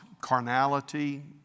carnality